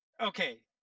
okay